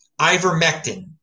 ivermectin